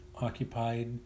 occupied